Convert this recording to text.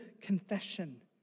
confession